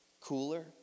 cooler